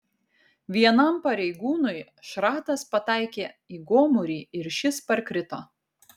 vienam pareigūnui šratas pataikė į gomurį ir šis parkrito